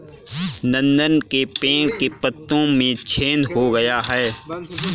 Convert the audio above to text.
नंदन के पेड़ के पत्तों में छेद हो गया है